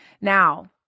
Now